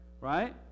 Right